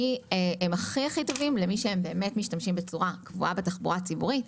כי הם הכי טובים למי שבאמת משתמשים בצורה קבועה בתחבורה הציבורית,